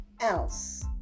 else